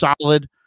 solid